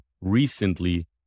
recently